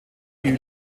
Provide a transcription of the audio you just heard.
you